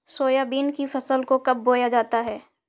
Soybean की फसल को कब बोया जाता है?